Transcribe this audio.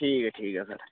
ठीक ऐ ठीक ऐ फिर